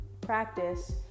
practice